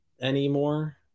anymore